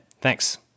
Thanks